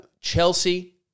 Chelsea